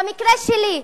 אני לא בטוח בזה.